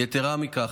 יתרה מזו,